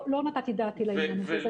לא נתתי דעתי לעניין הזה.